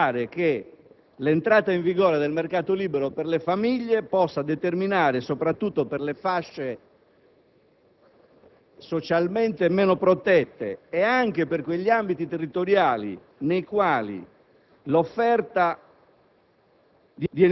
evitare che l'entrata in vigore del mercato libero per le famiglie, e soprattutto per le fasce socialmente meno protette e anche per quegli ambiti territoriali nei quali l'offerta